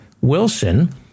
Wilson